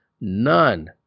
None